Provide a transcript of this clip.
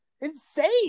insane